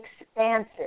expansive